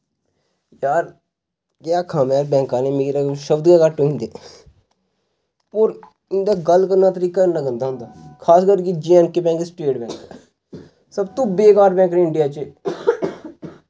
जार केह् आखां में बैंक आह्लें मेरे कोल शब्द गै घट्ट होई जंदे होर इंदा गल्ल करने दा तरीका बड़ा गंदा होंदा खास कर जे ऐंड के बैंक ते स्टेट बैंक सब तू बेकार बैंक न इंडिया च